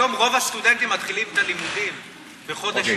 היום רוב הסטודנטים מתחילים את הלימודים בחודש,